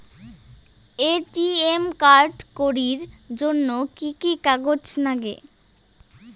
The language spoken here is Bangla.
এ.টি.এম কার্ড করির জন্যে কি কি কাগজ নাগে?